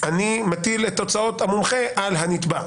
אני מטיל את הוצאות המומחה על הנתבע.